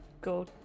go